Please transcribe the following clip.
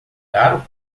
caro